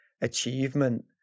achievement